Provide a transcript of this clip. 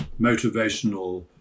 motivational